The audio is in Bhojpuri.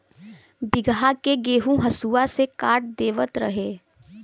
बीघहा के गेंहू हसुआ से काट देवत रहे